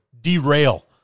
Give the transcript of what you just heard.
derail